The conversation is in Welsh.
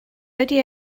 ydy